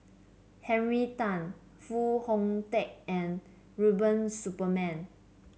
Henry Tan Foo Hong Tatt and Rubiah Suparman